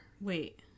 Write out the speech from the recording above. Wait